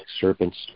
serpents